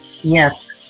Yes